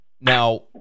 Now